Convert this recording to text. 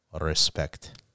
Respect